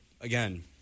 again